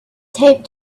taped